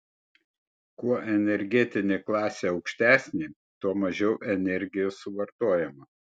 kuo energetinė klasė aukštesnė tuo mažiau energijos suvartojama